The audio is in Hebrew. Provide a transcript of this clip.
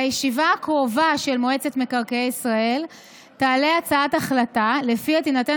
בישיבה הקרובה של מועצת מקרקעי ישראל תעלה הצעת החלטה שלפיה תינתן